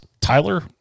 Tyler